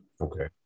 Okay